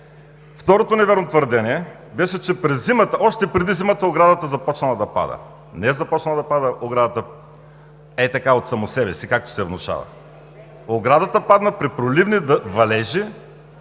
Второто невярно твърдение беше, че още преди зимата оградата е започнала да пада. Не е започнала да пада оградата ей така от само себе си, както се внушава, оградата падна при проливни валежи